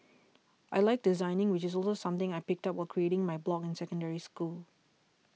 I like designing which is also something I picked up while creating my blog in Secondary School